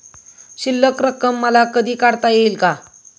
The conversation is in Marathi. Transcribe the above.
शिल्लक रक्कम मला कधी काढता येईल का?